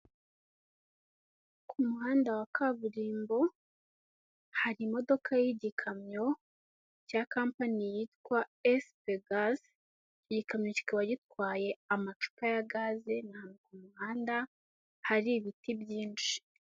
Ku muhanda wa kaburimbo, hari imodoka y'igikamyo cya kampani yitwa esipe gaze, igikamyo kikaba gitwaye amacupa ya gaze, ni ahantu ku muhanda hari ibiti byinshi.